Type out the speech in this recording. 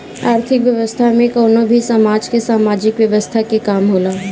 आर्थिक व्यवस्था में कवनो भी समाज के सामाजिक व्यवस्था के काम होला